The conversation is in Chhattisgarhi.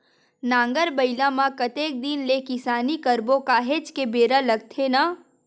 नांगर बइला म कतेक दिन ले किसानी करबो काहेच के बेरा लगथे न